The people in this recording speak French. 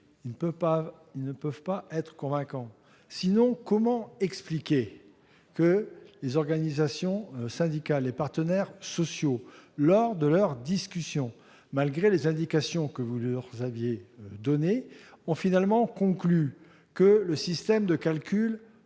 ne peuvent pas être convaincants. Sinon, comment expliquer que les organisations syndicales, les partenaires sociaux, lors de leurs discussions et malgré les indications que vous leur aviez données, aient conclu que le système de calcul